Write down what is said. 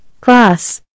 class